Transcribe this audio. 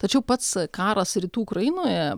tačiau pats karas rytų ukrainoje